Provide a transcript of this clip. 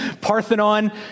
Parthenon